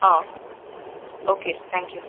ah okay thank you